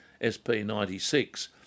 SP96